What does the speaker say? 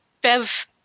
Bev